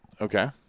Okay